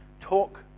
Talk